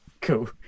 Cool